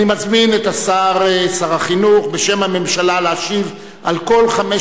אני מזמין את שר החינוך להשיב בשם הממשלה על כל חמש